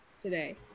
today